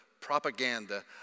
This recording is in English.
propaganda